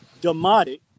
Demotic